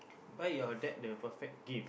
buy your dad the perfect gift